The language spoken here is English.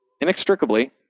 inextricably